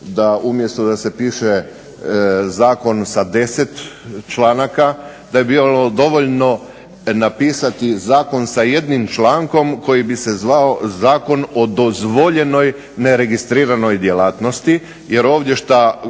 da umjesto da se piše zakon sa 10 članaka, da je bilo dovoljno napisati zakon sa jednim člankom koji bi se zvao Zakon o dozvoljenoj neregistriranoj djelatnosti, jer ovdje što